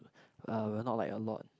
uh we're not like a lot